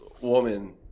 woman